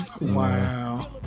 wow